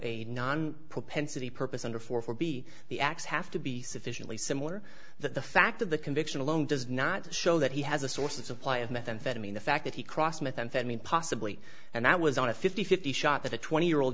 a non propensity purpose under four four be the acts have to be sufficiently similar that the fact of the conviction alone does not show that he has a source of supply of methamphetamine the fact that he crossed methamphetamine possibly and that was on a fifty fifty shot that a year old